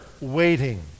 waiting